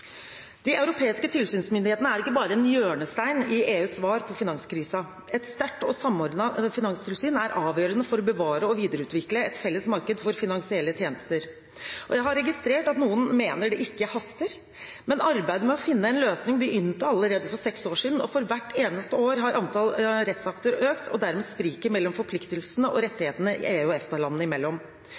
De europeiske tilsynsmyndighetene er ikke bare en hjørnestein i EUs svar på finanskrisen. Et sterkt og samordnet finanstilsyn er avgjørende for å bevare og videreutvikle et felles marked for finansielle tjenester. Jeg har registrert at noen mener det ikke haster, men arbeidet med å finne en løsning begynte allerede for seks år siden, og for hvert eneste år har antall rettsakter økt og dermed spriket mellom forpliktelsene og rettighetene EU- og EFTA-landene imellom.